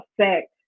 affect